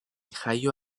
jaio